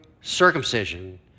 circumcision